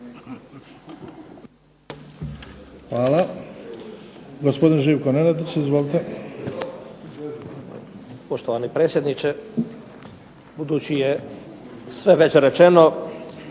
Hvala. Gospodin Živko Nenadić, izvolite.